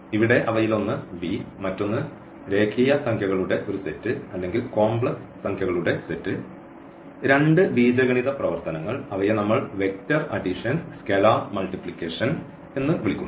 ഇവിടെ അവയിലൊന്ന് V മറ്റൊന്ന് രേഖീയ സംഖ്യകളുടെ ഒരു സെറ്റ് അല്ലെങ്കിൽ കോംപ്ലക്സ് സംഖ്യകളുടെ സെറ്റ് രണ്ട് ബീജഗണിത പ്രവർത്തനങ്ങൾ അവയെ നമ്മൾ വെക്റ്റർ അഡിഷൻ സ്കേലാർ മൾട്ടിപ്ലിക്കേഷൻ എന്ന് വിളിക്കുന്നു